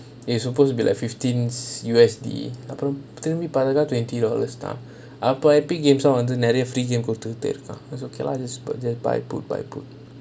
it's supposed to be like fifteens U_S_D அப்புறம் திருப்பி பாத்தாக்கா:appuram thirupi paathaakaa twenty dollars lah தான்:thaan upper epic நெறய:neraya free games குடுத்துட்டு இருக்கான்:kuduthutu irukaan then you just buy put buy put